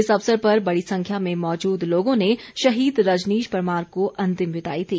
इस अवसर पर बड़ी संख्या में मौजूद लोगों ने शहीद रजनीश परमार को अंतिम विदाई दी